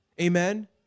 Amen